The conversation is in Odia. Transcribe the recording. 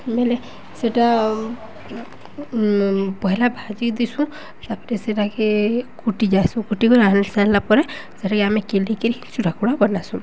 ମେଲେ ସେଟା ପହଲା ଭାଜି ଦିସୁଁ ତାପରେ ସେଟାକେ କୁଟି ଯାଇସୁଁ କୁଟିିକ ଆଣି ସାରିଲା ପରେ ସେଟକି ଆମେ କେଲିକିରି ଚୁଡ଼ାକୁଡ଼ା ବନାସୁଁ